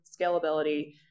scalability